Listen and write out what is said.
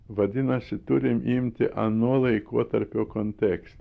vadinasi turim imti ano laikotarpio kontekstą